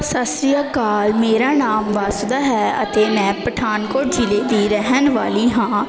ਸਤਿ ਸ਼੍ਰੀ ਅਕਾਲ ਮੇਰਾ ਨਾਮ ਵਾਸੂਦਾ ਹੈ ਅਤੇ ਮੈਂ ਪਠਾਨਕੋਟ ਜ਼ਿਲ੍ਹੇ ਦੀ ਰਹਿਣ ਵਾਲੀ ਹਾਂ